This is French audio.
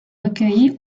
recueillies